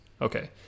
Okay